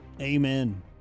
Amen